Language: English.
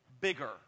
bigger